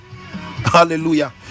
hallelujah